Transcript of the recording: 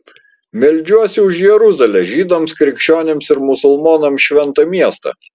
meldžiuosi už jeruzalę žydams krikščionims ir musulmonams šventą miestą